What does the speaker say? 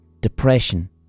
depression